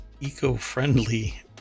eco-friendly